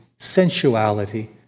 sensuality